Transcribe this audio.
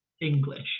English